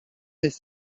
mes